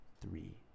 three